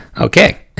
Okay